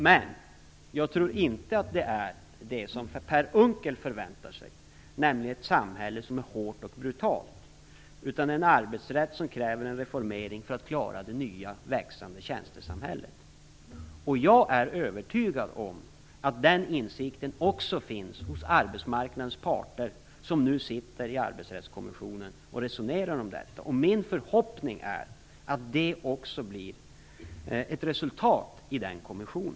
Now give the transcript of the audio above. Men jag tror inte att det är det som Per Unckel förväntar sig, nämligen ett samhälle som är hårt och brutalt, utan det är en arbetsrätt som kräver en reformering för att klara det nya, växande tjänstesamhället. Jag är övertygad om att den insikten också finns hos arbetsmarknadens parter, som nu sitter i Arbetsrättskommissionen och resonerar om detta. Min förhoppning är att det också blir ett resultat i den kommissionen.